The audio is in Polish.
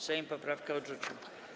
Sejm poprawkę odrzucił.